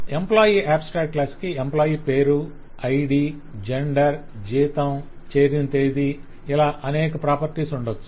employee abstract class కి employee పేరు ID gender జీతం చేరిన తేదీ ఇలాఅనేక ప్రాపర్టీస్ ఉండవచ్చు